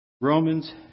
Romans